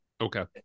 Okay